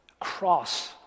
Cross